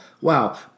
Wow